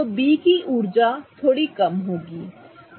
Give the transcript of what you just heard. तो B की ऊर्जा थोड़ी कम होगी ठीक है